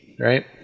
Right